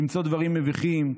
למצוא דברים מביכים,